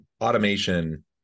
automation